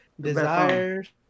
Desires